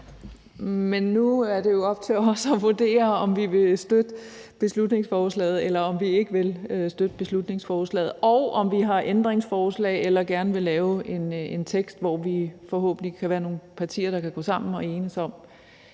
Men nu er det jo op til os at vurdere, om vi vil støtte beslutningsforslaget, eller om vi ikke vil støtte beslutningsforslaget – og om vi har ændringsforslag eller gerne vil lave en tekst, hvor vi forhåbentlig kan være nogle partier, der kan gå sammen og enes om,